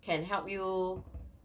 can help you